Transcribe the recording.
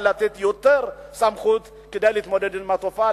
לתת יותר סמכות כדי להתמודד עם התופעה.